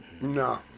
No